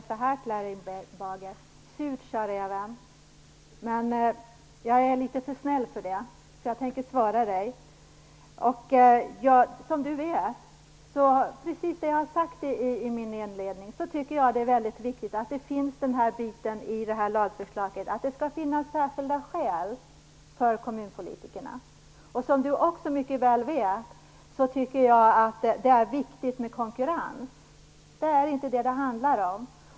Fru talman! Egentligen skulle jag bara säga så här till Erling Bager: Surt, sa räven! Men jag är litet för snäll för det, så jag tänker svara honom. Som Erling Bager vet, och precis som jag har sagt i min inledning, tycker jag att det är väldigt viktigt med den bit i lagförslaget som säger att det skall finnas särskilda skäl för kommunpolitikerna. Som han också mycket väl vet tycker jag att det är viktigt med konkurrens. Det är inte det som det handlar om.